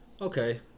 Okay